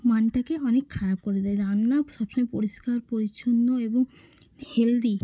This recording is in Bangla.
মানটাকে অনেক খারাপ করে দেয় রান্না সবসময় পরিষ্কার পরিচ্ছন্ন এবং হেলদি